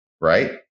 right